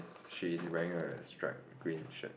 she's wearing a stripe green shirt